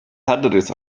härteres